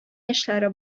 яшьләре